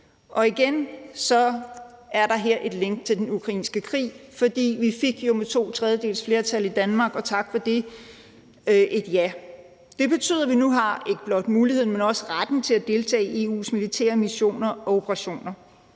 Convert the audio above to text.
Igen er der her et link til den ukrainske krig, fordi vi jo med to tredjedeles flertal, og tak for det, fik et ja. Det betyder, at vi nu har ikke blot muligheden, men også retten til at deltage i EU's militære missioner og operationer.